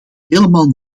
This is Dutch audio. helemaal